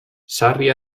sarri